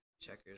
Checkers